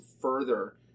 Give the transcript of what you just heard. further